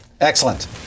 Excellent